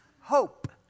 hope